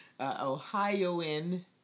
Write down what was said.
Ohioan